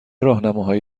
راهنماهایی